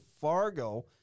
Fargo